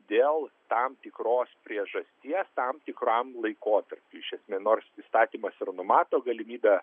dėl tam tikros priežasties tam tikram laikotarpiui iš esmė nors įstatymas ir numato galimybę